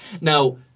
Now